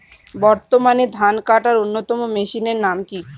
বর্তমানে ধান কাটার অন্যতম মেশিনের নাম কি?